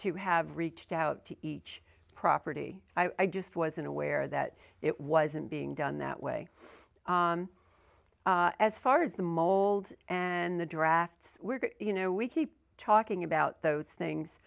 to have reached out to each property i just wasn't aware that it wasn't being done that way as far as the mold and the drafts were you know we keep talking about those things